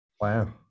Wow